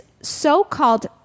so-called